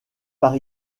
par